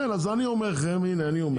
כן אז אני אומר לכם הנה אני אומר,